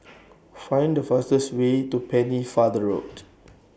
Find The fastest Way to Pennefather Road